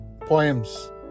poems